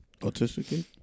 autistic